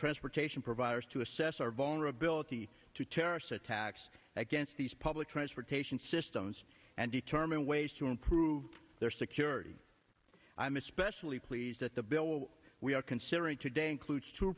transportation providers to assess our vulnerability to terrorist attacks against these public transportation systems and determine ways to improve their security i'm especially pleased that the bill we are considering today includes t